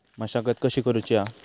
मशागत कशी करूची हा?